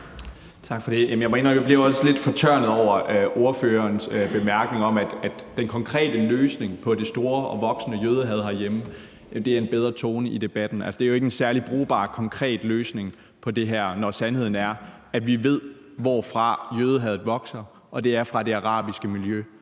Tak for det. Jeg må indrømme, at jeg også blev lidt fortørnet over ordførerens bemærkning om, at den konkrete løsning på det store og voksende jødehad herhjemme er en bedre tone i debatten. Det er jo ikke en særlig brugbar og konkret løsning på det her, når sandheden er, at vi ved, hvorfra jødehadet vokser, og at det er fra det arabiske miljø